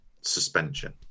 suspension